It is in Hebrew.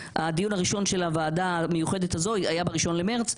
הדיון הראשון של הוועדה המיוחדת הזאת היה ב-1 במרץ.